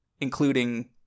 including